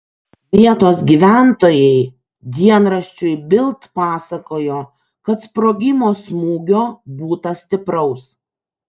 vietos gyventojai dienraščiui bild pasakojo kad sprogimo smūgio būta stipraus